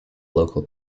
local